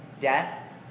death